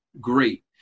great